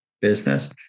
business